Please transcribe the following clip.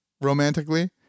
romantically